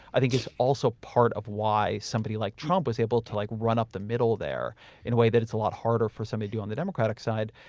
i think is also part of why somebody like trump was able to like run up the middle there in a way that it's a lot harder for somebody to do on the democratic side.